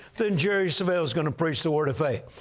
then jerry savelle's going to preach the word of faith.